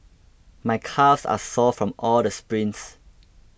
my calves are sore from all the sprints